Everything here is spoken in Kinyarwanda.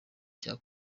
cya